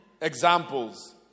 examples